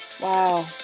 Wow